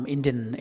Indian